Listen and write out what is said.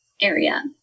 area